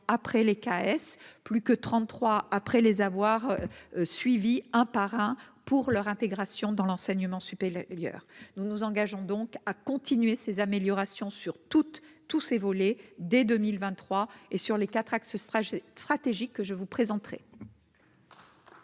après les CAES plus que 33 après les avoir suivi un par un pour leur intégration dans l'enseignement supérieur, nous nous engageons donc à continuer ses améliorations sur toute tous ses volets, dès 2023 et sur les 4 axes ce trajet stratégique que je vous présenterez.